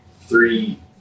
three